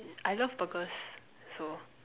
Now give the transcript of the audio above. I love burgers so